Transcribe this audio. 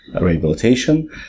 rehabilitation